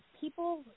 People